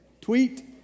Tweet